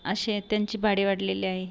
अशे त्यांचे भाडे वाडलेले आए